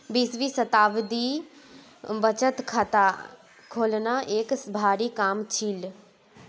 बीसवीं शताब्दीत बचत खाता खोलना एक भारी काम छील